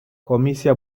comisia